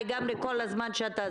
אבל לא נתתם לו את הצ'אנס,